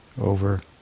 over